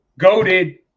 GOATed